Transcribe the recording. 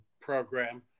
program